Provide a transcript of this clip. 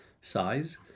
size